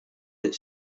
that